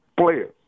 players